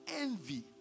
envy